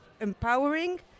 empowering